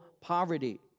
poverty